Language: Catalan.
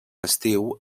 estiu